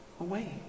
away